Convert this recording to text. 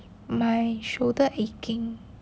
my shoulder aching